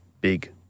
big